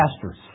pastors